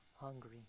hungry